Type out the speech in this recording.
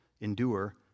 endure